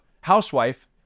housewife